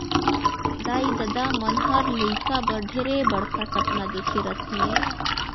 दाई ददा मन हर लेइका बर ढेरे बड़खा सपना देखे रथें